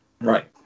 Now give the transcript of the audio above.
Right